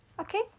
Okay